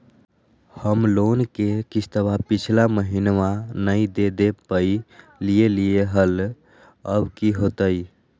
हम लोन के किस्तवा पिछला महिनवा नई दे दे पई लिए लिए हल, अब की होतई?